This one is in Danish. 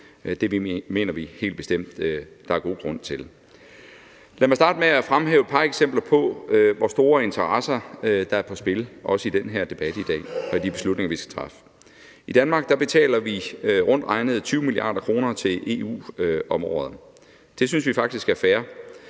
Det mener vi helt bestemt der er god grund til. Lad mig starte med at fremhæve et par eksempler på, hvor store interesser der er på spil i den her debat i dag og i forbindelse med de beslutninger, vi skal træffe. I Danmark betaler vi rundt regnet 20 mia. kr. til EU om året. Det synes vi faktisk er fair,